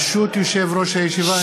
ברשות יושב ראש הישיבה,